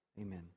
Amen